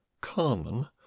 Carmen